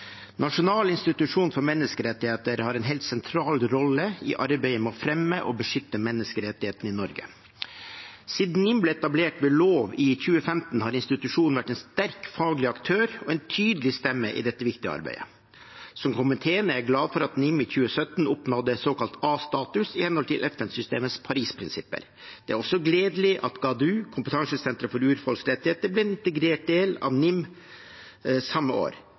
institusjon for menneskerettigheter har en helt sentral rolle i arbeidet med å fremme og beskytte menneskerettighetene i Norge. Siden NIM ble etablert ved lov i 2015, har institusjonen vært en sterk faglig aktør og en tydelig stemme i dette viktige arbeidet. Komiteen er glad for at NIM i 2017 oppnådde såkalt A-status i henhold til FN-systemets Paris-prinsipper. Det er også gledelig at Gáldu – kompetansesenteret for urfolks rettigheter – ble en integrert del av NIM samme år.